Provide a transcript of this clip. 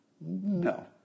No